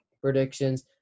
predictions